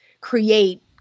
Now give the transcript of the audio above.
create